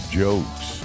jokes